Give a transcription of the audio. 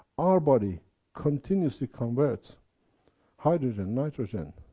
our body continues to convert hydrogen, nitrogen,